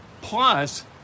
plus